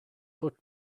foot